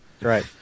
Right